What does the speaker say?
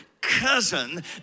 cousin